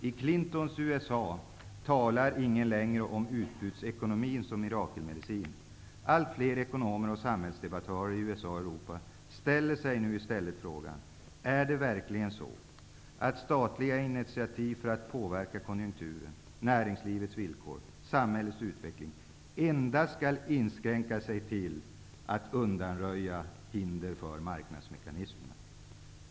I Clintons USA talar ingen längre om utbudsekonomin som mirakelmedicin. Allt fler ekonomer och samhällsdebattörer i USA och Europa ställer sig nu i stället frågan: Är det verkligen så att statliga initiativ för att påverka konjunkturen, näringslivets villkor och samhällets utveckling endast skall inskränka sig till att undanröja hinder för marknadsmekanismerna?